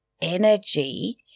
energy